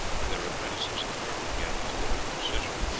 where their apprentices and workmen gathered to look at the procession.